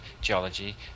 geology